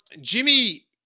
Jimmy